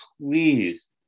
Please